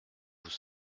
vous